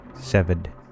severed